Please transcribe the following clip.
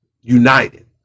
united